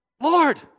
Lord